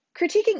critiquing